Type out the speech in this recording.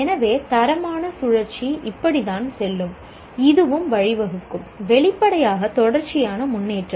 எனவே தரமான சுழற்சி இப்படித்தான் செல்லும் இதுவும் வழிவகுக்கும் வெளிப்படையாக தொடர்ச்சியான முன்னேற்றம்